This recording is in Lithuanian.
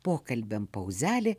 pokalbiam pauzelė